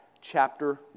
chapter